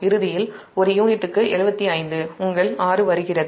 இறுதியில் 75 ஒரு யூனிட்டுக்கு 6 வருகிறது